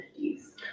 1950s